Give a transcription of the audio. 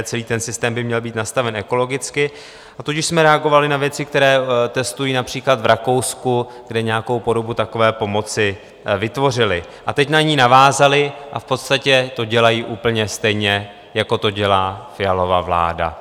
Celý ten systém by měl nastaven ekologicky, a tudíž jsme reagovali na věci, které testují například v Rakousku, kde nějakou podobu takové pomoci vytvořili, teď na ni navázali a v podstatě to dělají úplně stejně, jako to dělá Fialova vláda.